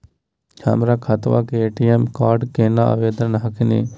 हमर खतवा के ए.टी.एम कार्ड केना आवेदन हखिन?